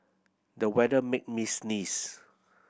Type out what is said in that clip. the weather made me sneeze